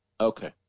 Okay